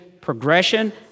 progression